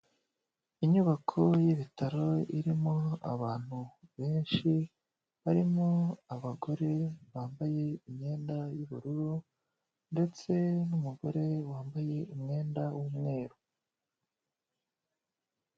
Inyubako y'ibitaro irimo abantu benshi, barimo abagore bambaye imyenda y'ubururu ndetse n'umugore wambaye umwenda w'umweru.